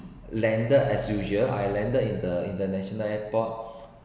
landed as usual I landed in the international airport